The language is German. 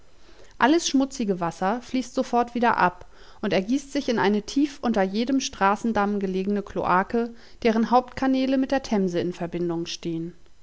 alles schmutzige wasser fließt sofort wieder ab und ergießt sich in eine tief unter jedem straßendamm gelegene kloake deren hauptkanäle mit der themse in verbindung stehen